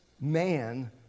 man